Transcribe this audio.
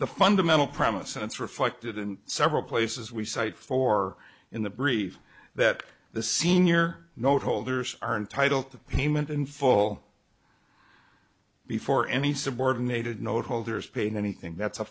the fundamental promise and it's reflected in several places we cite for in the brief that the senior note holders are entitled to payment in full before any subordinated note holders paying anything that's a